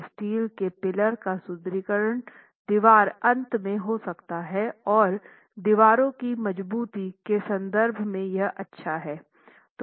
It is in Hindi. स्टील के पिलर का सुदृढीकरण दीवार अंत में हो सकता है और दीवारों की मज़बूती के संदर्भ में यह अच्छा है